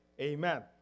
Amen